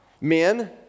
Men